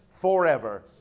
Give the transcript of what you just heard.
forever